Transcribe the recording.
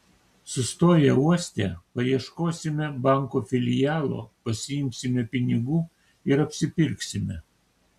sustoję uoste paieškosime banko filialo pasiimsime pinigų ir apsipirksime